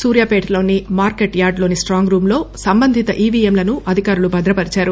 సూర్భాపీటలోని market yard లోని strong room లో సంబంధిత ఈవిఎమ్ లను అధికారులు భద్రపరిచారు